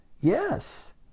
Yes